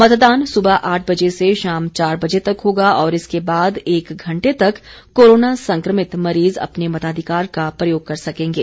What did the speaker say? मतदान सुबह आठ बजे से शाम चार बजे तक होगा और इसके बाद एक घंटे तक कोरोना संक्रमित मरीज़ अपने मताधिकार का प्रयोग कर सकेंगे